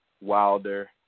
wilder